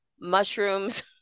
mushrooms